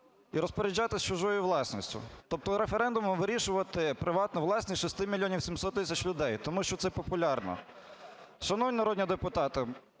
і розпоряджатись чужою власністю, тобто референдумом вирішувати приватну власність 6 мільйонів 700 тисяч людей, тому що це популярно. Шановні народні депутати,